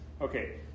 Okay